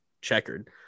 checkered